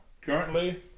Currently